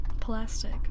Plastic